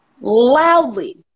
loudly